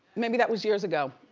maybe that was years ago.